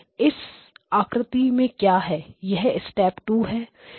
इस आकृति में क्या है